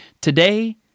Today